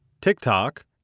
TikTok